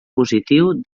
positiu